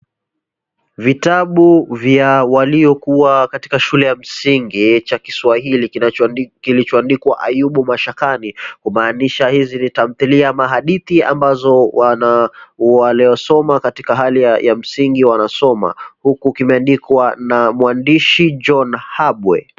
Vitabu vya waliokuwa katika shule ya msingi cha kiswahili kilichoandikwa ayubu mashakani, kumaanisha hizi ni tamthilia ana hadithi ambazo waliosoma katika hali ya msingi wanasoma, huku kimeandikwa na mwaandishi John Habwe.